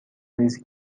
ریزی